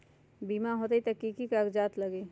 बिमा होई त कि की कागज़ात लगी?